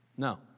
No